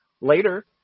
later